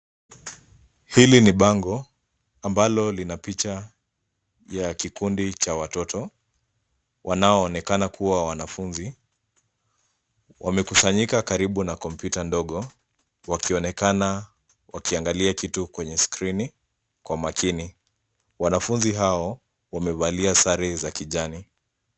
Hili ni bango ambalo lina picha ya kikundi cha watoto wanaoonekana kuwa wanafunzi wamekusanyika karibu na kompyuta ndogo wakionekana wakiangalia kitu kwenye skrini kwa makini wanafunzi hao wamevalia sare za kijani.